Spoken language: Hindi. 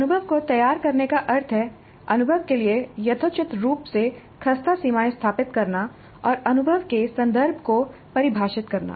अनुभव को तैयार करने का अर्थ है अनुभव के लिए यथोचित रूप से खस्ता सीमाएँ स्थापित करना और अनुभव के संदर्भ को परिभाषित करना